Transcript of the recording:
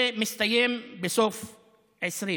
שמסתיים בסוף 2020